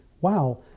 wow